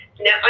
Now